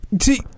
See